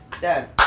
Dad